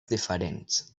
diferents